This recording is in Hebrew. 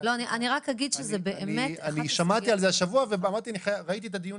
אני רק אגיד שזה באמת ראיתי את הדיון